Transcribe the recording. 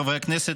חברי הכנסת,